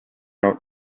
out